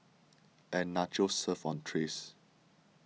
and Nachos served on trays